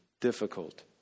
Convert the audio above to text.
difficult